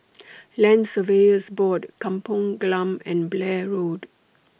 Land Surveyors Board Kampong Glam and Blair Road